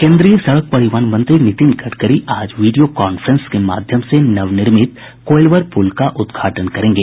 केन्द्रीय सड़क परिवहन मंत्री नितिन गडकरी आज वीडियो कांफ्रेंस के माध्यम से नवनिर्मित कोइलवर पुल का उद्घाटन करेंगे